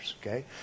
Okay